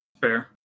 Fair